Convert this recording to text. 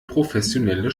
professionelle